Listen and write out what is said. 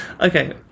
Okay